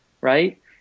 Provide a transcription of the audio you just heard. right